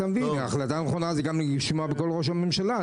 ההחלטה הנכונה זה גם לשמוע בקול ראש הממשלה.